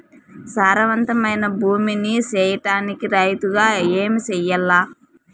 సారవంతమైన భూమి నీ సేయడానికి రైతుగా ఏమి చెయల్ల?